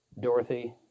Dorothy